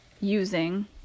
using